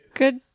good